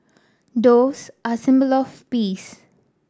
doves are a symbol of peace